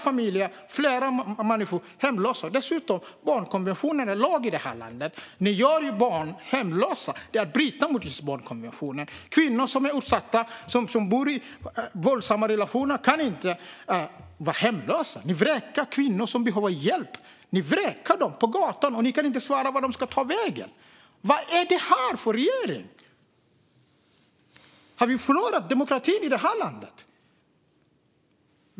De gör fler människor hemlösa. Dessutom är barnkonventionen lag i det här landet. Ni gör barn hemlösa. Det är att bryta mot barnkonventionen. Utsatta kvinnor som lever i våldsamma relationer kan inte bli hemlösa. Ni vräker kvinnor som behöver hjälp! Ni vräker dem och sätter dem på gatan, och ni kan inte svara på vart de ska ta vägen! Vad är det här för regering? Har vi förlorat demokratin i det här landet?